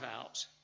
out